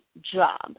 Job